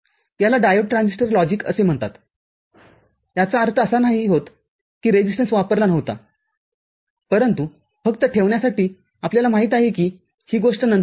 याला diode transistor logic असे म्हणतात याचा अर्थ असा नाही होत कि रेजिस्टन्सवापरला नव्हता परंतु फक्त ठेवण्यासाठी आपल्याला माहित आहे की ही गोष्ट नंतर येते